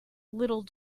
little